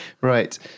Right